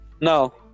No